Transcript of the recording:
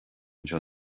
anseo